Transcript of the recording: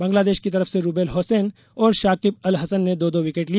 बंग्लांदेश की तरफ से रूबेल होसैन और शाकिब अल हसन ने दो दो विकेट लिए